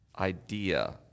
idea